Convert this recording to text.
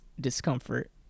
discomfort